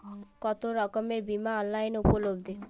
কতোরকমের বিমা অনলাইনে উপলব্ধ?